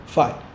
fine